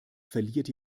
verliert